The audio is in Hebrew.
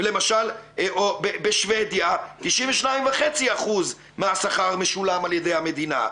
למשל, בשבדיה 92.5% מהשכר משולם על ידי המדינה.